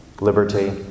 liberty